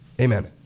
Amen